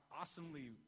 awesomely